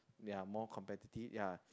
they are more competitive ya